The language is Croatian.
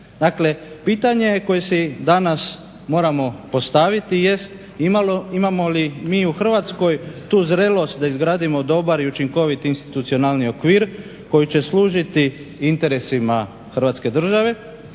Dakle, pitanje koje si danas moramo postaviti jest imamo li mi u Hrvatskoj tu zrelost da izgradimo dobar i učinkovit institucionalni okvir koji će služiti interesima Hrvatske države